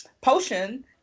potion